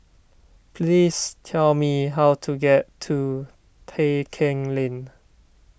please tell me how to get to Tai Keng Lane